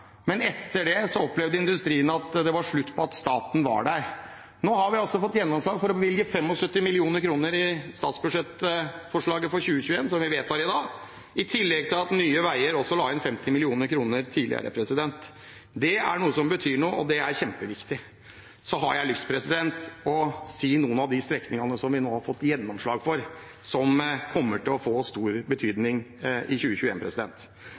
men etter det opplevde industrien at det var slutt på at staten var der. Nå har vi fått gjennomslag for å bevilge 75 mill. kr i statsbudsjettet for 2021, som vi vedtar i dag, i tillegg til at Nye Veier la inn 50 mill. kr tidligere. Det er noe som betyr noe; det er kjempeviktig. Jeg har lyst til å nevne noen av strekningene vi nå har fått gjennomslag for, og som kommer til å få stor betydning i